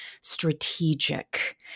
strategic